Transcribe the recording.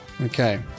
Okay